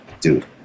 Dude